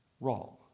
wrong